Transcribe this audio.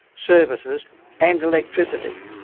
services and electricity?